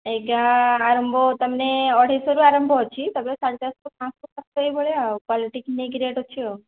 ଏଇଗା ଆରମ୍ଭ ତା' ମାନେ ଅଢ଼େଇ ଶହରୁ ଆରମ୍ଭ ଅଛି ତା' ପରେ ସାଢ଼େ ଚାରି ଶହ ପାଞ୍ଚ ଶହ ତା' ପରେ ଏଇଭଳିଆ କ୍ୱାଲିଟିକି ନେଇକି ରେଟ୍ ଅଛି ଆଉ